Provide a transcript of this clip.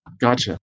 Gotcha